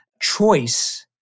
choice